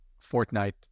Fortnite